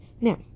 Now